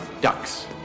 ducks